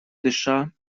дыша